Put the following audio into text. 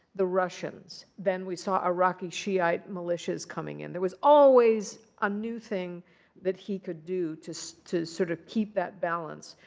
the russians. then we saw iraqi shiite militias coming in. there was always a new thing that he could do to so to sort of keep that balance,